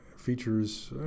features